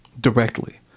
directly